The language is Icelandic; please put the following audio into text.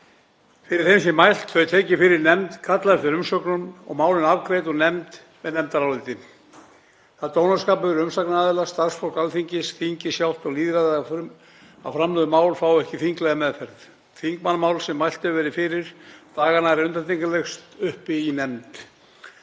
Fyrir þeim sé mælt, þau tekin fyrir í nefnd, kallað eftir umsögnum og málin afgreidd úr nefnd með nefndaráliti. Það er dónaskapur við umsagnaraðila, starfsfólk Alþingis, þingið sjálft og lýðræðið að framlögð mál fái ekki þinglega meðferð. Þingmannamál sem mælt hefur verið fyrir daga nær undantekningarlaust uppi í nefnd,